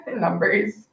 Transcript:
numbers